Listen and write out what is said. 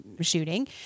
shooting